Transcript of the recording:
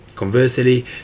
Conversely